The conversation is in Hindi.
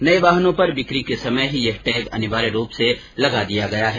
नए वाहनों पर बिक्री के समय ही यह टैग अनिवार्य कर दिया गया है